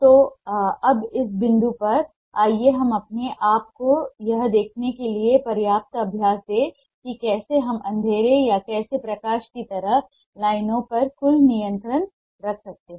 तो अब इस बिंदु पर आइए हम अपने आप को यह देखने के लिए पर्याप्त अभ्यास दें कि कैसे हम अंधेरे या कैसे प्रकाश की तरह लाइनों पर कुल नियंत्रण रख सकते हैं